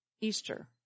Easter